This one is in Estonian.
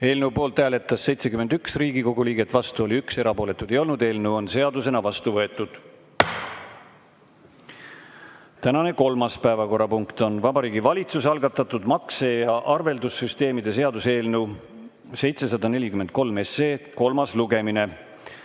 Eelnõu poolt hääletas 71 Riigikogu liiget, vastu oli 1, erapooletuid ei olnud. Eelnõu on seadusena vastu võetud. Tänane kolmas päevakorrapunkt on Vabariigi Valitsuse algatatud makse‑ ja arveldussüsteemide seaduse eelnõu 743 kolmas lugemine.